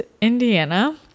Indiana